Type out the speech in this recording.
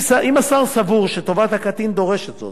אם השר סבור שטובת הקטין דורשת זאת,